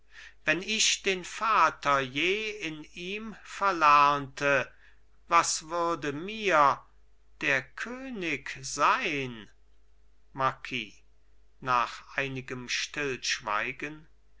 wenn ich den vater je in ihm verlernte was würde mir der könig sein marquis nach einigem stillschweigen